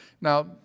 Now